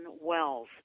wells